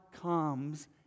comes